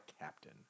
captain